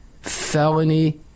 felony